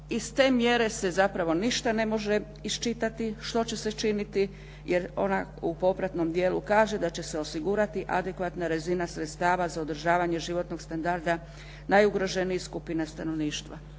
Iz te mjere se zapravo ništa ne može iščitati što će se činiti, jer ona u popratnom dijelu kaže da će se osigurati adekvatna razina sredstava za održavanje životnog standarda najugroženijih skupina stanovništva.